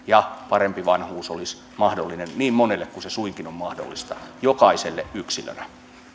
ja parempi vanhuus olisi mahdollinen niin monelle kuin se suinkin on mahdollista jokaiselle yksilönä